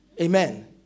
Amen